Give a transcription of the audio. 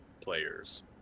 players